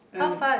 how fast